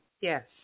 Yes